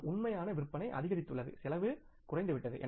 நம் உண்மையான விற்பனை அதிகரித்துள்ளது செலவு குறைந்துவிட்டது